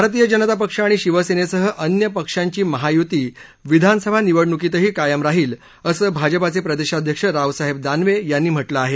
भारतीय जनता पक्ष आणि शिवसेनेसह अन्य पक्षांची महायुती विधानसभा निवडणुकीतही कायम राहील असं भाजपाचे प्रदेशाध्यक्ष रावसाहेब दानवे यांनी म्हटलं आहे